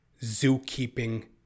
zookeeping